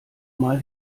mal